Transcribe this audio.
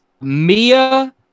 Mia